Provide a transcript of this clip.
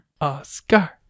Oscar